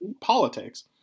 politics